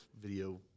video